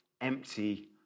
empty